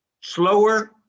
slower